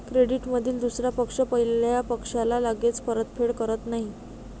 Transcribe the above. क्रेडिटमधील दुसरा पक्ष पहिल्या पक्षाला लगेच परतफेड करत नाही